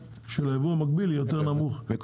של הייבוא המקביל יהיה באמת נמוך יותר מהייבוא הרגיל.